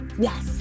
Yes